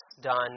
done